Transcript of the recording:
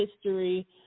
history